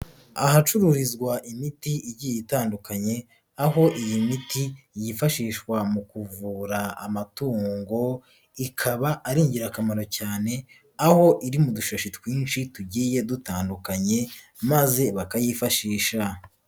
Ahacururizwa imiti igiye itandukanye, aho iyi miti yifashishwa mu kuvura amatungongo, ikaba ari ingirakamaro cyane, aho iri mu dushashi twinshi tugiye dutandukanye maze bakayifashisha.